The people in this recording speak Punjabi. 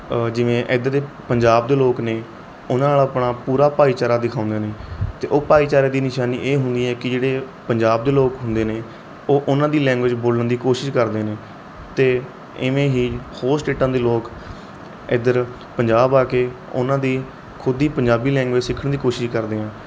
ਜਿਵੇਂ ਇੱਧਰ ਦੇ ਪੰਜਾਬ ਦੇ ਲੋਕ ਨੇ ਉਹਨਾਂ ਨਾਲ ਆਪਣਾ ਪੂਰਾ ਭਾਈਚਾਰਾ ਦਿਖਾਉਂਦੇ ਨੇ ਅਤੇ ਉਹ ਭਾਈਚਾਰੇ ਦੀ ਨਿਸ਼ਾਨੀ ਇਹ ਹੁੰਦੀ ਹੈ ਕਿ ਜਿਹੜੇ ਪੰਜਾਬ ਦੇ ਲੋਕ ਹੁੰਦੇ ਨੇ ਉਹ ਉਹਨਾਂ ਦੀ ਲੈਂਗੁਏਜ ਬੋਲਣ ਦੀ ਕੋਸ਼ਿਸ਼ ਕਰਦੇ ਨੇ ਅਤੇ ਇਵੇਂ ਹੀ ਹੋਰ ਸਟੇਟਾਂ ਦੇ ਲੋਕ ਇੱਧਰ ਪੰਜਾਬ ਆ ਕੇ ਉਹਨਾਂ ਦੀ ਖੁਦ ਹੀ ਪੰਜਾਬੀ ਲੈਂਗੁਏਜ ਸਿੱਖਣ ਦੀ ਕੋਸ਼ਿਸ਼ ਕਰਦੇ ਆਂ